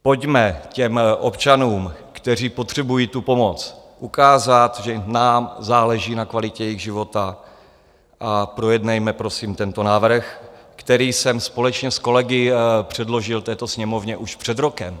Pojďme těm občanům, kteří potřebují pomoc, ukázat, že nám záleží na kvalitě jejich života, a projednejme prosím tento návrh, který jsem společně s kolegy předložil této Sněmovně už před rokem.